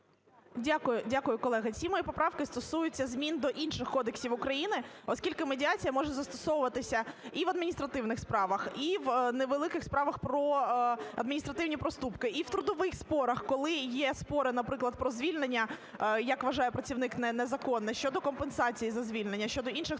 Дякую, колеги. Всі мої поправки стосуються змін до інших кодексів України. Оскільки медіація може застосовуватися і в адміністративних справах, і в невеликих справах про адміністративні проступки, і в трудових спорах, коли є спори, наприклад, про звільнення, як вважає працівник, незаконне, щодо компенсації за звільнення, щодо інших трудових питань.